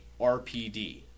RPD